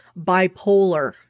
bipolar